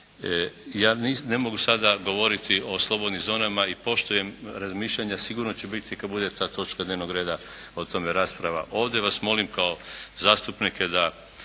Ja ne mogu sada govoriti o slobodnim zonama i poštujem razmišljanja, sigurno će biti kad bude ta točka dnevnog reda, o tome rasprava. Ovdje vas molim kao zastupnike da